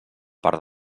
part